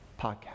podcast